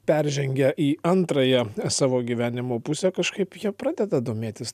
peržengę į antrąją savo gyvenimo pusę kažkaip jie pradeda domėtis